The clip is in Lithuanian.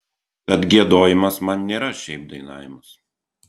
tad giedojimas man nėra šiaip dainavimas